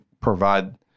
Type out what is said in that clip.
provide